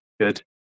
Good